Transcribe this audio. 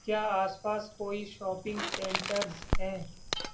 کیا آس پاس کوئی شاپنگ سینٹرز ہیں